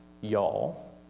Y'all